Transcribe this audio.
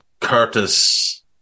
Curtis